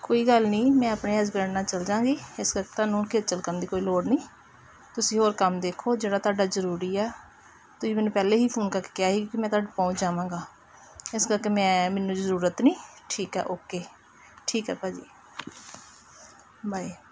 ਕੋਈ ਗੱਲ ਨਹੀਂ ਮੈਂ ਆਪਣੇ ਹਸਬੈਂਡ ਨਾਲ ਚੱਲ ਜਾਂਗੀ ਇਸ ਕਰਕੇ ਤੁਹਾਨੂੰ ਖੇਚਲ ਕਰਨ ਦੀ ਕੋਈ ਲੋੜ ਨਹੀਂ ਤੁਸੀਂ ਹੋਰ ਕੰਮ ਦੇਖੋ ਜਿਹੜਾ ਤੁਹਾਡਾ ਜ਼ਰੂਰੀ ਆ ਤੁਸੀਂ ਮੈਨੂੰ ਪਹਿਲਾਂ ਹੀ ਫੋਨ ਕਰਕੇ ਕਿਹਾ ਸੀ ਕਿ ਮੈਂ ਤੁਹਾਡੇ ਪਹੁੰਚ ਜਾਵਾਂਗਾ ਇਸ ਕਰਕੇ ਮੈਂ ਮੈਨੂੰ ਜ਼ਰੂਰਤ ਨਹੀਂ ਠੀਕ ਹੈ ਓਕੇ ਠੀਕ ਹੈ ਭਾਅ ਜੀ ਬਾਏ